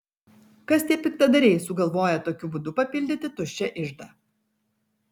kas tie piktadariai sugalvoję tokiu būdu papildyti tuščią iždą